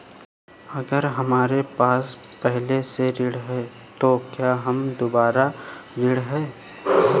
अगर हमारे पास पहले से ऋण है तो क्या हम दोबारा ऋण हैं?